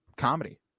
Comedy